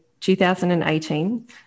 2018